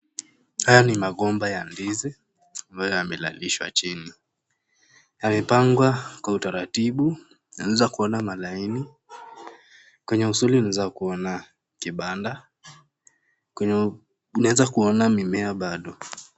Haya ni magomba ya ndizi, ambayo yamelalishwa chini, yamepangwa, kwa uta ratibu, unaweza kuona mistari, kwenye mstari unaweza kuona kibanda, kwenye, unaeza kuona mimea bado.